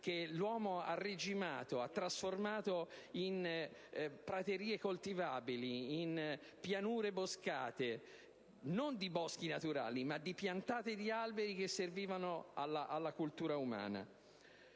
che l'uomo ha regimato, ha trasformato in praterie coltivabili, in pianure boscate, non di boschi naturali, ma di piantate di alberi che servivano alla cultura umana.